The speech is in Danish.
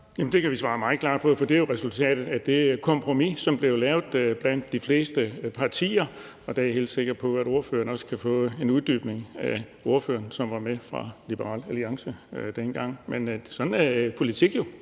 Det kan jeg svare meget klart på. Det er jo resultatet af det kompromis, som blev lavet blandt de fleste partier, og jeg er sikker på, at hr. Carsten Bach også kan få en uddybning fra den ordfører fra Liberal Alliance, som var med dengang. Men sådan er politik jo